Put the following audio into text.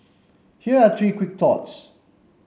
here are three quick thoughts